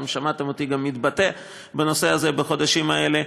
אתם שמעתם אותי גם מתבטא בנושא הזה בחודשים האלה.